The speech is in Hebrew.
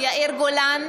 למה לסגור את המים?